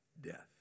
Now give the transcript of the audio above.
death